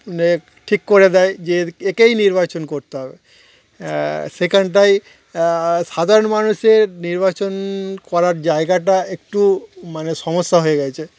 ঠিক করে দেয় যে একেই নির্বাচন করতে হবে সেখানটাই সাধারণ মানুষের নির্বাচন করার জায়গাটা একটু মানে সমস্যা হয়ে গিয়েছে